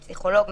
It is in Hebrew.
פסיכולוג,